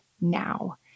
now